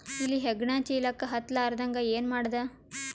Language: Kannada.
ಇಲಿ ಹೆಗ್ಗಣ ಚೀಲಕ್ಕ ಹತ್ತ ಲಾರದಂಗ ಏನ ಮಾಡದ?